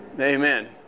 Amen